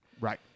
Right